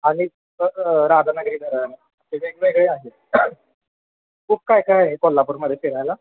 आणिक राधानगरी धरण हे वेगवेगळे आहेत खूप काही काही आहे कोल्हापूरमध्ये फिरायला